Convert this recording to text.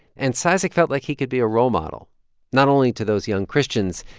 and cizik felt like he could be a role model not only to those young christians,